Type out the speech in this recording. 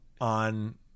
on